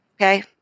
Okay